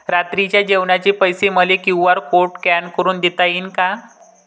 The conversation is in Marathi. रात्रीच्या जेवणाचे पैसे मले क्यू.आर कोड स्कॅन करून देता येईन का?